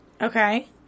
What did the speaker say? Okay